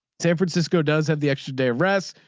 san francisco does have the extra day of rest.